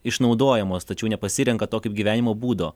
išnaudojamos tačiau nepasirenka to kaip gyvenimo būdo